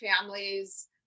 families